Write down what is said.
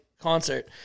concert